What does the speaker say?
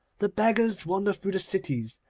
the beggars wander through the cities,